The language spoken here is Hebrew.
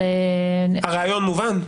הרעיון מובן?